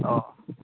अ